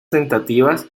tentativas